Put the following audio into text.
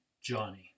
Johnny